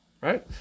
right